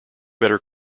better